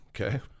Okay